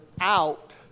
out